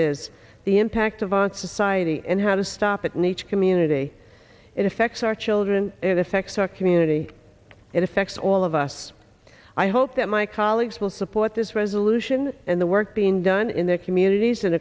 is the impact of on society and how to stop it nature community it affects our children it affects our community it affects all of us i hope that my colleagues will support this resolution and the work being done in their communities and